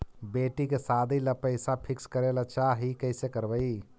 बेटि के सादी ल पैसा फिक्स करे ल चाह ही कैसे करबइ?